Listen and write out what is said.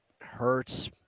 hurts